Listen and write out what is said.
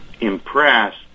impressed